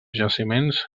jaciments